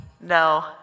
No